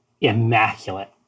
immaculate